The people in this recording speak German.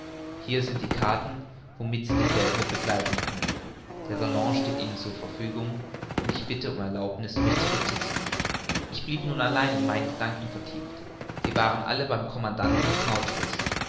hier sind karten womit sie dieselbe begleiten können der salon steht ihnen zu verfügung und ich bitte um erlaubniß mich zurück zu ziehen ich blieb nun allein in meine gedanken vertieft sie waren alle beim commandanten des